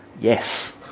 Yes